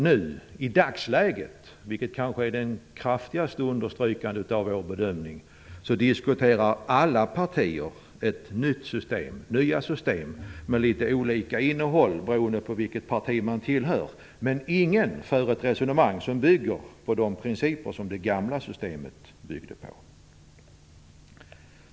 I dagsläget, vilket kanske är det kraftigaste understrykandet av vår bedömning, diskuterar alla partier nya system med litet olika innehåll beroende på vilket parti man tillhör. Men ingen för ett resonemang som bygger på de principer som det gamla systemet byggde på.